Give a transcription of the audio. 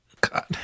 God